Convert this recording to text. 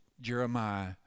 jeremiah